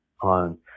on